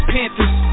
Panthers